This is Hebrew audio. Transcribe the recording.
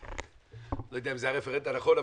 לא יודע אם זה הרפרנט הנכון,